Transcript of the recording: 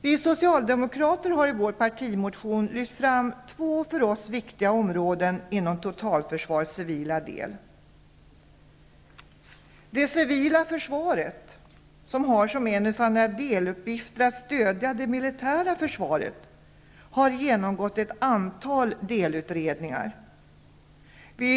Vi Socialdemokrater har i vår partimotion lyft fram två för oss viktiga områden inom totalförsvarets civila del. Det civila försvaret, som har som en av sina deluppgifter att stödja det militära försvaret, har genomgått ett antal delutredningar.